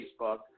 Facebook